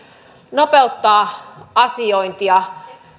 nopeuttaa asiointia